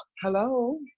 hello